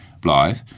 Blythe